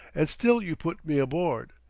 and still you put me aboard.